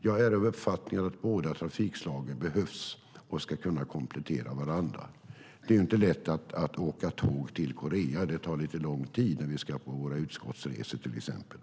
Jag är av uppfattningen att båda trafikslagen behövs och ska kunna komplettera varandra. Det är inte lätt att åka tåg till Korea. Det tar lite lång tid när vi ska på våra utskottsresor till exempel.